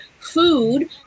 Food